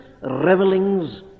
revelings